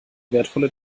wertvolle